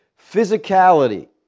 physicality